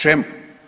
Čemu?